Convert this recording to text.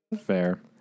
fair